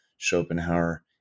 Schopenhauer